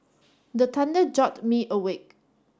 the thunder jolt me awake